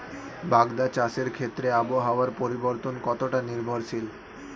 বাগদা চাষের ক্ষেত্রে আবহাওয়ার পরিবর্তন কতটা নির্ভরশীল?